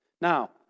Now